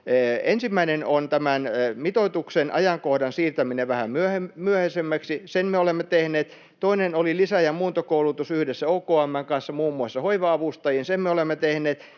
ensimmäinen on tämän mitoituksen ajankohdan siirtäminen vähän myöhäisemmäksi — sen me olemme tehneet — toinen on lisä- ja muuntokoulutus yhdessä OKM:n kanssa muun muassa hoiva-avustajien